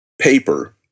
paper